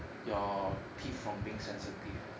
your teeth from being sensitive